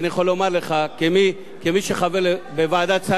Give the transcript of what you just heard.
כמי שחבר בוועדת שרים לענייני חקיקה